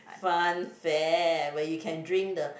fun fair where you can drink the